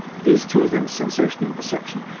these two things, sensation and perception,